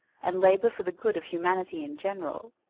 and labour for the good of humanity in general,